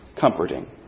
comforting